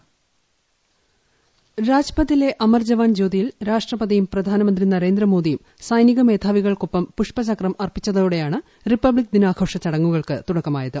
voice രാജ്പഥിലെ അമർ ജവാൻ ജ്യോതിയിൽ രാഷ്ട്രപതിയും പ്രധാനമന്ത്രി നരേന്ദ്ര മോദിയും സൈനിക മേധാവികൾക്കൊപ്പം പ്രധാനമന്ത്രി പുഷ്പചക്രം അർപ്പിച്ചതോടെയാണ് റിപ്പബ്ലിക് ദിനാഘോഷ ചടങ്ങുകൾക്ക് തുടക്കമായത്